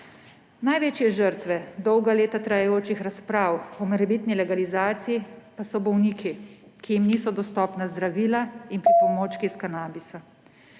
Največje žrtve dolga leta trajajočih razprav o morebitni legalizaciji pa so bolniki, ki jim niso dostopni zdravila in pripomočki iz kanabisa.